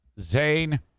Zane